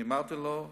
אני אמרתי לו,